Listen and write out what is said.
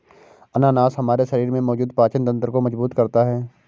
अनानास हमारे शरीर में मौजूद पाचन तंत्र को मजबूत करता है